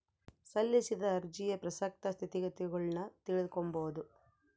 ಸಲ್ಲಿಸಿದ ಅರ್ಜಿಯ ಪ್ರಸಕ್ತ ಸ್ಥಿತಗತಿಗುಳ್ನ ತಿಳಿದುಕೊಂಬದು